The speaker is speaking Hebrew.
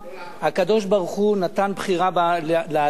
הקדוש-ברוך-הוא נתן בחירה לאדם,